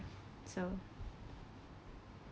so